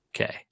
okay